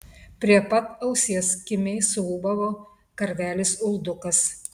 prie pat ausies kimiai suūbavo karvelis uldukas